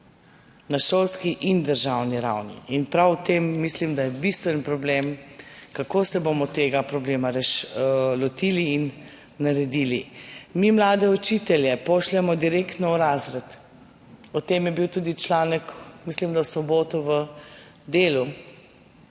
na šolski in državni ravni. In prav v tem, mislim, da je bistven problem, kako se bomo tega problema lotili. Mi mlade učitelje pošljemo direktno v razred. O tem je bil tudi članek, mislim, da v soboto v Delu,